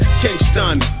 Kingston